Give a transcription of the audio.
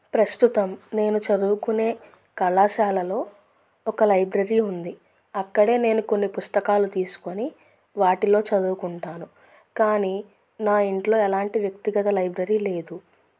ప్రస్తుతం నేను చదువుకునే కళాశాలలో ఒక లైబ్రరీ ఉంది అక్కడే నేను కొన్ని పుస్తకాలు తీసుకుని వాటిలో చదువుకుంటాను కానీ నా ఇంట్లో ఎలాంటి వ్యక్తిగత లైబ్రరీ లేదు